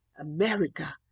America